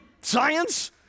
science